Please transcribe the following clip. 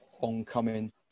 oncoming